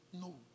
No